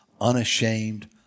unashamed